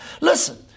Listen